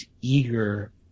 eager